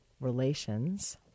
relations